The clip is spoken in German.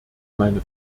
meine